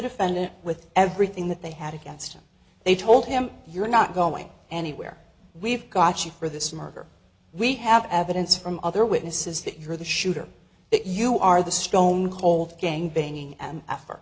defendant with everything that they had against him they told him you're not going anywhere we've got you for this murder we have evidence from other witnesses that you're the shooter that you are the stone cold gang banging